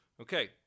Okay